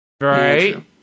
Right